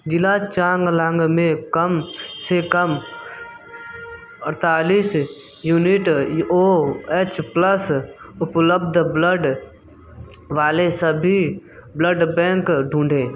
ज़िला चांगलांग में कम से कम अड़तालीस यूनिट ओ एच प्लस उपलब्ध ब्लड वाले सभी ब्लड बैंक ढूँढें